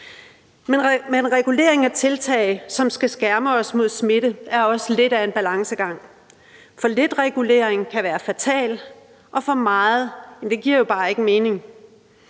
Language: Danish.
Men reguleringen af tiltag, som skal skærme os mod smitte, er også lidt af en balancegang: For lidt regulering kan være fatal, og for meget regulering,